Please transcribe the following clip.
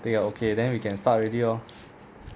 tick 了 okay then we can start already lor